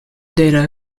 data